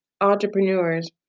entrepreneurs